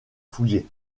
fouillé